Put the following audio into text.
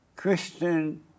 Christian